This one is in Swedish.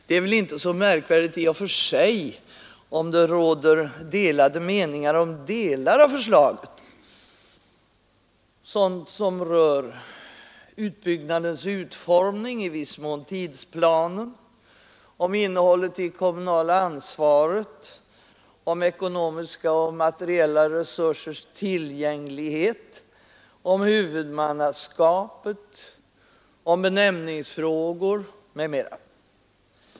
Det är inte så märkvärdigt i och för sig om det råder delade meningar om delar av förslaget — sådant som rör utbyggnadens utformning, tidsplaner i viss mån, innehållet i det kommunala ansvaret, ekonomiska och materiella resursers tillgänglighet, huvudmannaskapet, benämningsfrågor m.m.